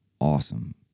awesome